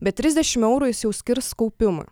bet trisdešim eurų jis jau skirs kaupimui